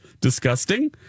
disgusting